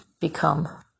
become